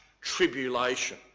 tribulation